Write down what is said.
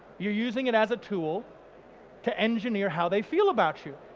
you're using it as a tool to engineer how they feel about you.